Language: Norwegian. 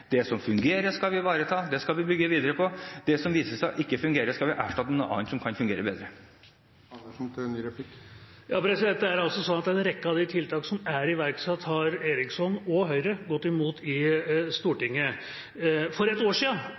det jeg har stått i denne sal og sagt tidligere: Det som fungerer, skal vi ivareta, det skal vi bygge videre på. Det som viser seg ikke å fungere, skal vi erstatte med noe annet som kan fungere bedre. Det er altså sånn at en rekke av de tiltak som er iverksatt, har Eriksson og Høyre gått imot i Stortinget. For et år